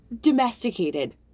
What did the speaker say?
domesticated